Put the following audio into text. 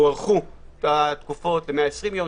הוארכו התקופות ל-120 יום,